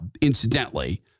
incidentally